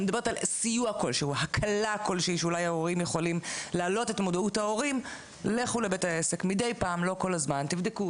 הם יכולים ללכת לבית העסק מדי פעם ולבדוק.